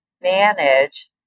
manage